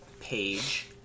page